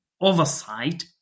oversight